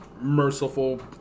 merciful